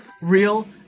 real